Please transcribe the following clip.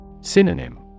Synonym